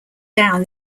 down